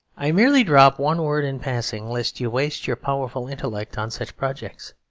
i merely drop one word in passing, lest you waste your powerful intellect on such projects.